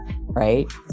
right